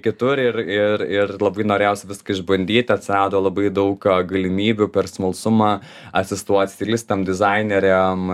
kitur ir ir ir labai norėjosi viską išbandyt atsirado labai daug galimybių per smalsumą asistuot stilistam dizaineriam